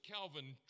Calvin